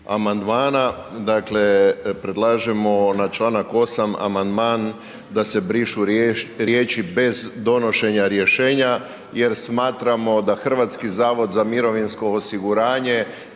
amandmana, dakle predlažemo na čl. 8. amandman da se brišu riječi „bez donošenja rješenja“ jer smatramo da HZMO treba donijeti novo rješenje